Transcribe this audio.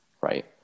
right